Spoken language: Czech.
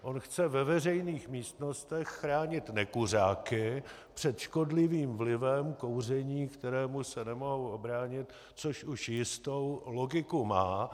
On chce ve veřejných místnostech chránit nekuřáky před škodlivým vlivem kouření, kterému se nemohou ubránit, což už jistou logiku má.